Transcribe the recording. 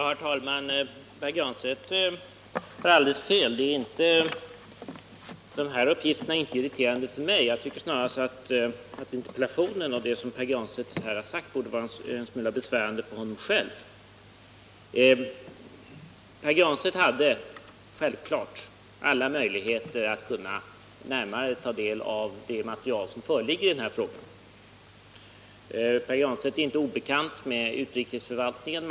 Herr talman! Pär Granstedt har alldeles fel. De här uppgifterna är inte irriterande för mig. Jag tycker snarast att interpellationen och det som Pär Granstedt här har sagt är en smula besvärande för honom själv. Pär Granstedt hade — det är självklart — alla möjligheter att närmare ta del av det material som föreligger i den här frågan. Pär Granstedt är inte obekant med utrikesförvaltningen.